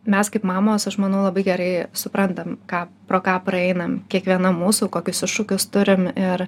mes kaip mamos aš manau labai gerai suprantam ką pro ką praeinam kiekviena mūsų kokius iššūkius turim ir